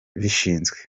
babishinzwe